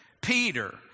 Peter